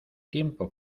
tiempo